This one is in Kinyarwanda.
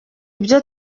ibyo